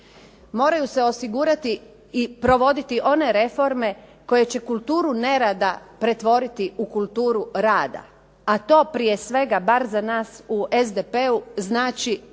Moraju se osigurati i provoditi one reforme koje će kulturu nerada pretvoriti u kulturu rada, a to prije svega bar za nas u SDP-u znači poštivanje